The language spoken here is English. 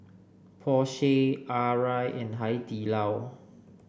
Porsche Arai and Hai Di Lao